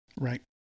right